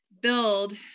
build